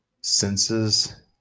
senses